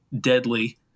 deadly